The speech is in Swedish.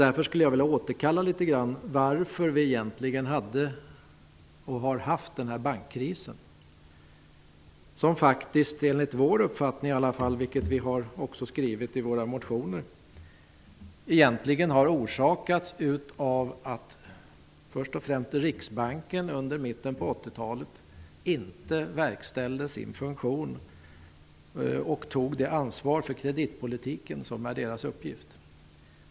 Därför skulle jag litet grand vilja återkalla varför vi egentligen hade bankkrisen, som enligt i varje fall vår uppfattning -- och det har vi också sagt i våra motioner -- egentligen har orsakats av att först och främst Riksbanken i mitten av 80-talet inte verkställde sin funktion och tog det ansvar för kretitpolitiken som är dess uppgift.